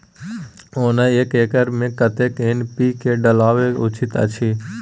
ओना एक एकर मे कतेक एन.पी.के डालब उचित अछि?